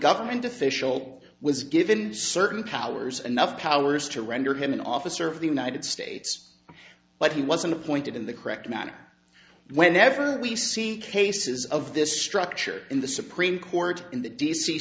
government official was given certain powers anough powers to render him an officer of the united states but he wasn't appointed in the correct manner whenever we've seen cases of this structure in the supreme court in the d